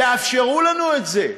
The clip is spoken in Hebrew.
תאפשרו לנו את זה.